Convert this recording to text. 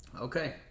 Okay